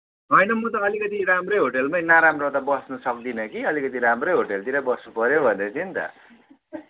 होइन म त अलिकति राम्रै होटेलमै नराम्रो त बस्नु सक्दिन कि अलिकति राम्रै होटेलतिर बस्नुपर्यो भन्दै थिएँ नि त